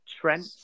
Trent